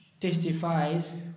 testifies